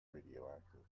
radioactive